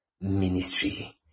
ministry